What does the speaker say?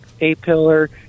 A-pillar